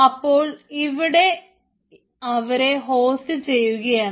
അപ്പോൾ ഇവിടെ അവരെ ഹോസ്റ്റ് ചെയ്യുകയാണ്